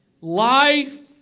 Life